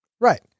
Right